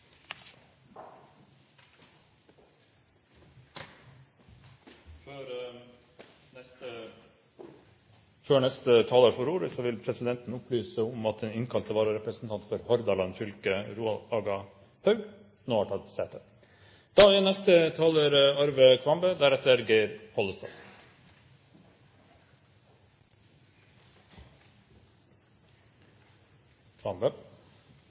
Før neste taler får ordet, vil presidenten opplyse om at den innkalte vararepresentanten for Hordaland fylke, Roald Aga Haug, har tatt sete. Formålet med datalagringsdirektivet er